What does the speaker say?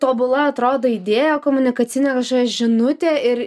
tobula atrodo idėja komunikacinė kažkokia žinutė ir